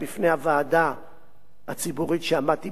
הציבורית שעמדתי בראשה ואמר לנו: